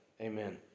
amen